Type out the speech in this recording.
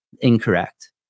incorrect